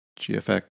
GFX